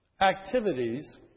activities